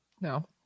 no